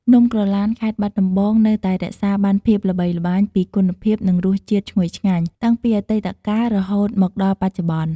នំក្រឡានខេត្តបាត់ដំបងនៅតែរក្សាបានភាពល្បីល្បាញពីគុណភាពនិងរស់ជាតិឈ្ងុយឆ្ងាញ់ តាំងពីអតីត កាលរហូតមកដល់បច្ចុប្បន្ន។